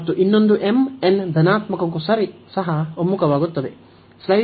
ಮತ್ತು ಇನ್ನೊಂದು m n ಧನಾತ್ಮಕಕ್ಕೂ ಸಹ ಒಮ್ಮುಖವಾಗುತ್ತದೆ